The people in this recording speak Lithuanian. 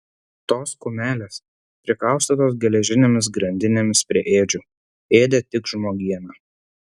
tos kumelės prikaustytos geležinėmis grandinėmis prie ėdžių ėdė tik žmogieną